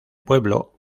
pueblo